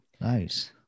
nice